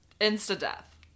Insta-death